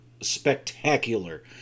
spectacular